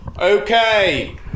Okay